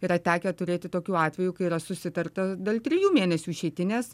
yra tekę turėti tokių atvejų kai yra susitarta dėl trijų mėnesių išeitinės